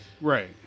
right